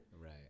Right